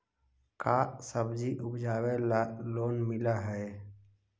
का सब्जी उपजाबेला लोन मिलै हई?